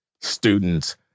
students